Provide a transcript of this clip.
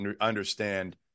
understand